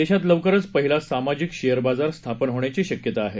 देशात लवकरच पहिला सामाजिक शेअर बाजार स्थापन होण्याची शक्यता आहे